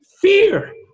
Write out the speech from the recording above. Fear